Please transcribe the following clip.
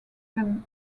can